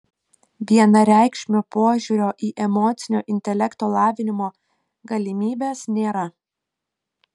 vienareikšmio požiūrio į emocinio intelekto lavinimo galimybes nėra